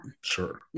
Sure